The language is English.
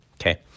okay